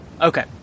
Okay